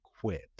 quit